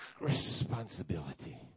responsibility